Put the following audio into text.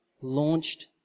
launched